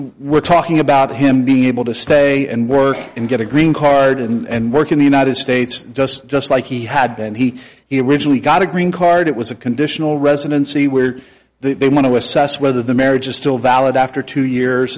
we're talking about him being able to stay and work and get a green card and work in the united states just just like he had and he he originally got a green card it was a conditional residency where they want to assess whether the marriage is still valid after two years